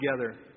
together